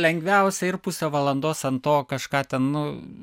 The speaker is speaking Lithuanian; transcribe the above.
lengviausią ir pusę valandos ant to kažką ten nu